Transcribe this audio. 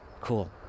Cool